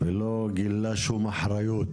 ולא גילה שום אחריות